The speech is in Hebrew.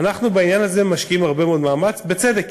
בעניין הזה אנחנו משקיעים הרבה מאוד מאמץ, בצדק,